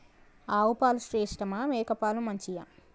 ఆవు పాలు శ్రేష్టమా మేక పాలు మంచియా?